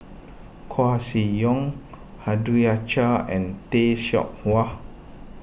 Koeh Sia Yong and Tay Seow Huah